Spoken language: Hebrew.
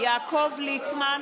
(קוראת בשמות חברי הכנסת) יעקב ליצמן,